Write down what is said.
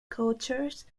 cultures